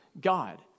God